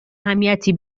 اهمیتی